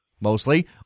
mostly